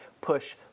push